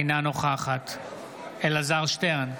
אינה נוכחת אלעזר שטרן,